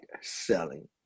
selling